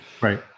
Right